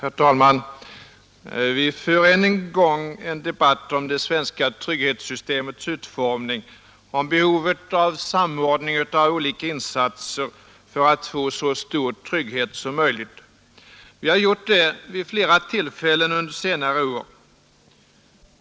Herr talman! Vi för än en gång en debatt om det svenska trygghetssystemets utformning och om behovet av en samordning av olika insatser för att få så stor trygghet som möjligt. Vi har gjort det vid flera tillfällen under senare år.